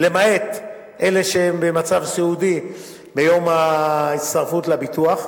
למעט אלו שהם במצב סיעודי ביום ההצטרפות לביטוח.